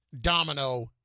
domino